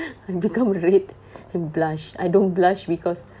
I become red and blush I don't blush because